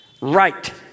Right